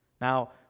Now